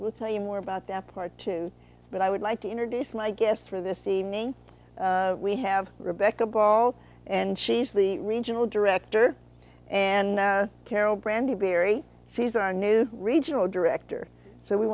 we'll tell you more about that part two but i would like to introduce my guests for this evening we have rebecca ball and she is the regional director and carole brandy berry she's our new regional director so we